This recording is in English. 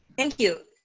thank you.